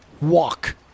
walk